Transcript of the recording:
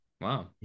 Wow